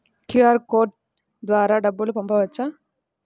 QR code ద్వారా డబ్బులు పంపవచ్చా?